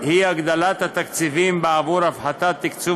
היא הגדלת התקציבים בעבור הגדלת תקצוב